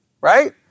Right